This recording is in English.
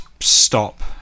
Stop